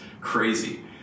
crazy